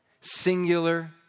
singular